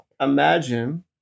imagine